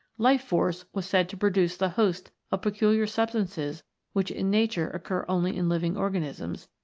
life force was said to produce the host of peculiar substances which in nature occur only in living organisms,